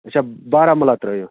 اچھا بارہمولہ ترٛٲیِو